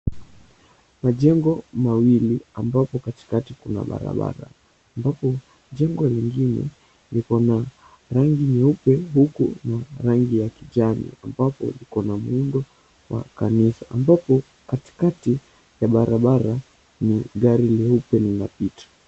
Majengo mawili ambapo katikati kuna barabara ambapo jengo lingine liko na rangi nyeupe na rangi ya kijani ambapo iko na muundo wa kanisa ambapo katikati ya barabara kuna gari leupe linapita.